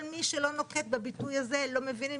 כל מי שלא נוקט בביטוי הזה לא מבין עם